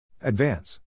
Advance